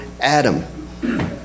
Adam